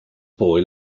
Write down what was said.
boy